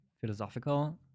philosophical